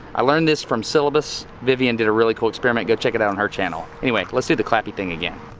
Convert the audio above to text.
i learned this from scilabus. vivian did a really cool experiment go check it out on her channel. anyway, let's do the clappy thing again.